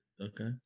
Okay